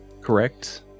correct